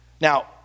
Now